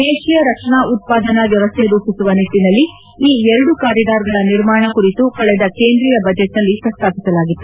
ದೇಶೀಯ ರಕ್ಷಣಾ ಉತ್ಪಾದನಾ ವ್ಲವಸ್ಥೆ ರೂಪಿಸುವ ನಿಟ್ಲನಲ್ಲಿ ಈ ಎರಡು ಕಾರಿಡಾರ್ಗಳ ನಿರ್ಮಾಣ ಕುರಿತು ಕಳೆದ ಕೇಂದ್ರೀಯ ಬಜೆಟ್ನಲ್ಲಿ ಪ್ರಸ್ತಾಪಿಸಲಾಗಿತ್ತು